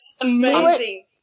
Amazing